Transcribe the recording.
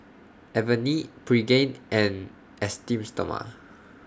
Avene Pregain and Esteem Stoma